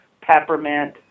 peppermint